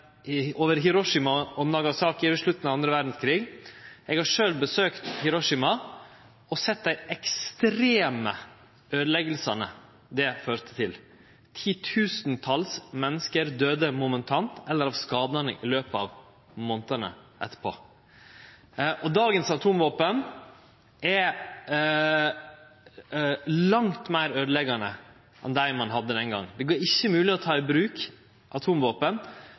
over Hiroshima og Nagasaki ved slutten av den andre verdskrigen. Eg har sjølv besøkt Hiroshima og sett dei ekstreme øydeleggingane det førte til. Titusentals menneske døydde momentant eller av skadane i løpet av månadene etterpå. Dagens atomvåpen er langt meir øydeleggjande enn dei ein hadde den gongen. Det er ikkje mogleg å ta i bruk atomvåpen